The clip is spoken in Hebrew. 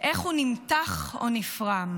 איך הוא נמתח או נפרם,